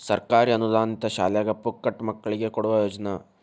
ಸರ್ಕಾರಿ ಅನುದಾನಿತ ಶಾಲ್ಯಾಗ ಪುಕ್ಕಟ ಮಕ್ಕಳಿಗೆ ಕೊಡುವ ಯೋಜನಾ